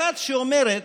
אחת שאומרת,